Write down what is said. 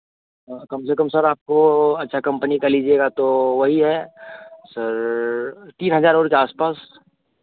कम से कम सर आपको अच्छा कम्पनी का लीजिएगा तो वही है सर तीन हज़ार और के आस पास